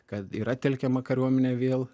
kad yra telkiama kariuomenė vėl